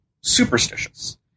superstitious